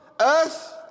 earth